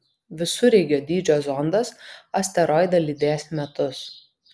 visureigio dydžio zondas asteroidą lydės metus